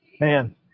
Man